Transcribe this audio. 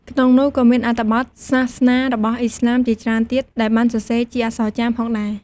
ក្នុងនោះក៏មានអត្ថបទសាសនារបស់អ៊ីស្លាមជាច្រើនទៀតដែលបានសរសេរជាអក្សរចាមផងដែរ។